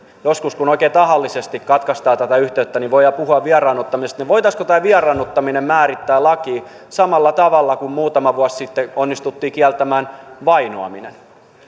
joskus kun oikein tahallisesti katkaistaan tätä yhteyttä voidaan puhua vieraannuttamisesta voitaisiinko tämä vieraannuttaminen määrittää lakiin samalla tavalla kuin muutama vuosi sitten onnistuttiin kieltämään vainoaminen